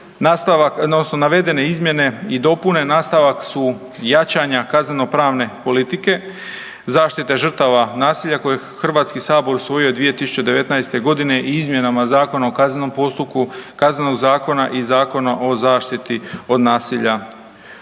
navedene izmjene i dopune nastavak su jačanja kaznenopravne politike zaštite žrtava nasilja koje je HS usvojio 2019.g. izmjenama Zakona o kaznenom postupku, Kaznenog zakona i Zakona o zaštiti od nasilja